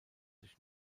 sich